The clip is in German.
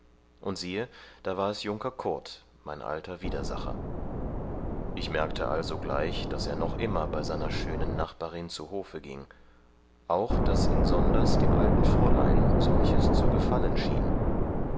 und siehe da es war der junker kurt mein alter widersacher ich merkte allsogleich daß er noch immer bei seiner schönen nachbarin zu hofe ging auch daß insonders dem alten fräulein solches zu gefallen schien